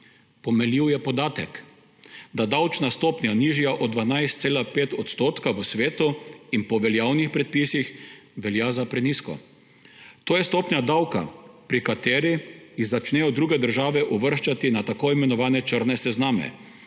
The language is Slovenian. Pomenljiv je podatek, da davčna stopnja, nižja od 12,5 %, v svetu in po veljavnih predpisih velja za prenizko. To je stopnja davka, pri kateri jih začnejo druge države uvrščati na tako imenovane črne sezname,